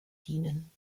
dienen